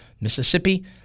Mississippi